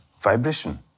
vibration